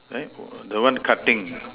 eh the one cutting